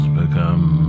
become